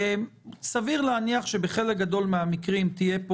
סביר להניח שבחלק גדול מהמקרים תהיה פה